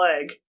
leg